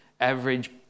average